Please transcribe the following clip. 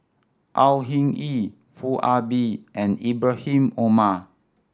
Au Hing Yee Foo Ah Bee and Ibrahim Omar